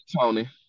Tony